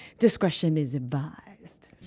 discretion is advised